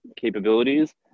capabilities